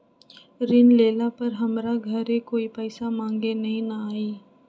ऋण लेला पर हमरा घरे कोई पैसा मांगे नहीं न आई?